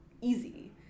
easy